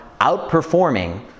outperforming